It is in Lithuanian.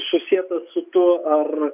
susietas su tuo ar